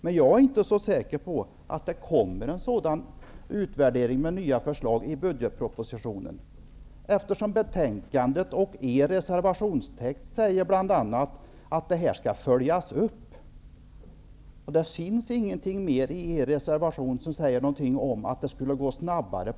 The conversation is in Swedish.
Men jag är inte så säker på att det kommer en sådan utvärdering med nya förslag i budgetpropositionen, eftersom det i betänkandet och i er reservationstext bl.a. uttalas att detta skall följas upp. Det finns ingenting i er reservation som säger att detta på något sätt skulle gå snabbare.